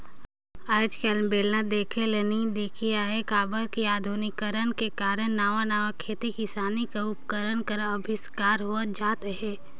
आएज काएल बेलना देखे ले नी दिखत अहे काबर कि अधुनिकीकरन कर कारन नावा नावा खेती किसानी कर उपकरन कर अबिस्कार होवत जात अहे